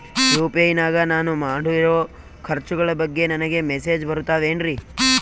UPI ನಾಗ ನಾನು ಮಾಡಿರೋ ಖರ್ಚುಗಳ ಬಗ್ಗೆ ನನಗೆ ಮೆಸೇಜ್ ಬರುತ್ತಾವೇನ್ರಿ?